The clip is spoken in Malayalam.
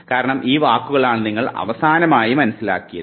കാരണം ഈ വാക്കുകളാണ് നിങ്ങൾ അവസാനമായി മനസ്സിലാക്കിയത്